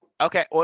Okay